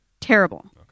Terrible